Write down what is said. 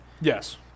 Yes